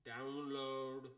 download